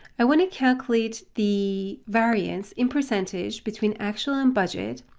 i want to calculate the variance in percentage between actual and budget,